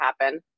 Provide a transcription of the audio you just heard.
happen